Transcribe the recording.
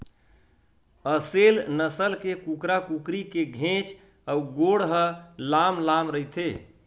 असेल नसल के कुकरा कुकरी के घेंच अउ गोड़ ह लांम लांम रहिथे